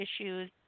issues